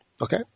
Okay